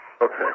Okay